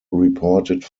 reported